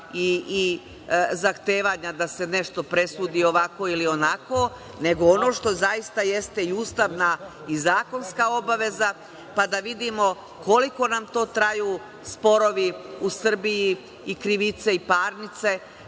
i zahtevanja da se nešto presudi ovako ili onako, nego ono što zaista jeste i ustavna i zakonska obaveze, pa da vidimo koliko nam to traju sporovi u Srbiji i krivice i parnice,